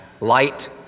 light